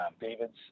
Davids